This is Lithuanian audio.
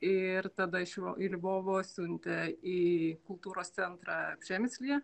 ir tada iš jo į lvovo siuntė į kultūros centrą kremzlyje